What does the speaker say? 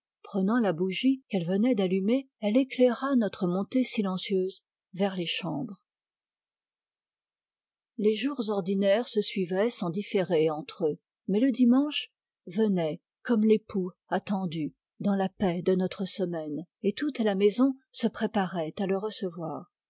prenant la bougie qu'elle venait d'allumer elle éclaira notre montée silencieuse vers les chambres les jours ordinaires se suivaient sans différer entre eux mais le dimanche venait comme l'époux attendu dans la paix de notre semaine et toute la maison se préparait à le recevoir